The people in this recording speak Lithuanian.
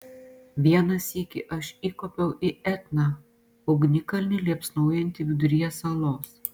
vieną sykį aš įkopiau į etną ugnikalnį liepsnojantį viduryje salos